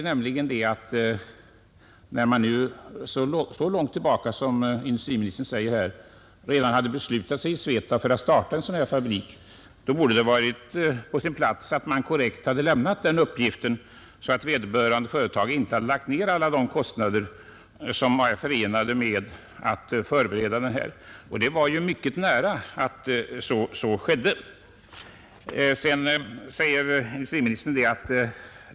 När Svetab redan så långt tillbaka som industriministern säger hade beslutat starta en sådan här fabrik, borde det ha varit på sin plats att den uppgiften hade lämnats, så att det här privatföretaget inte hade lagt ned alla de kostnader som var förenade med en utbyggnad.